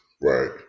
Right